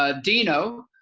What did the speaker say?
ah dino,